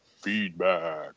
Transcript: Feedback